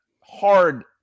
hard